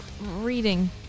reading